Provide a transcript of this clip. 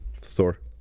Thor